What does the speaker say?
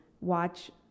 watch